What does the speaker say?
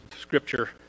scripture